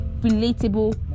relatable